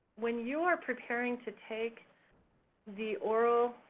when you are preparing to take the oral,